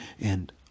and